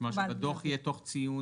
כלומר שבדו"ח יהיה תוך ציון,